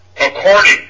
according